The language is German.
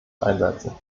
einsetzen